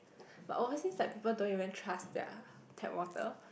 but overseas like people don't even trust their tap water